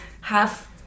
half